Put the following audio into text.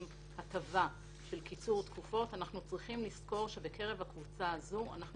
הטבה של קיצור תקופות אנחנו צריכים לזכור שבקרב הקבוצה הזאת אנחנו